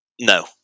No